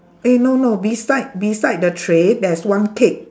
eh no no beside beside the tray there's one cake